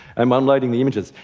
um i'm loading the images.